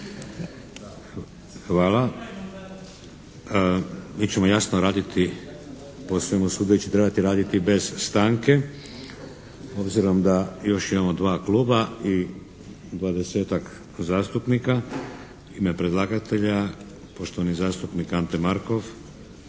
Hvala. Mi ćemo jasno raditi po svemu sudeći trebati raditi bez stanke. Obzirom da još imamo dva kluba i 20-ak zastupnika. U ime predlagatelja, poštovani zastupnik Ante Markov.